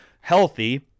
healthy